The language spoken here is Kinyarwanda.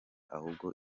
ahubwo